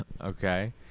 Okay